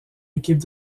équipe